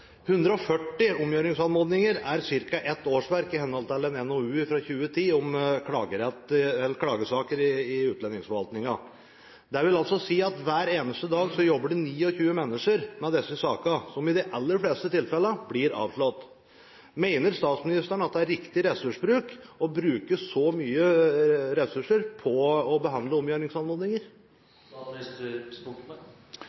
140 omgjøringsanmodninger er ca. ett årsverk, i henhold til en NOU fra 2010 om klagesaker i utlendingsforvaltningen. Det vil altså si at hver eneste dag jobber det 29 mennesker med disse sakene, som i de aller fleste tilfeller blir avslått. Mener statsministeren at det er riktig ressursbruk å bruke så mye ressurser på å behandle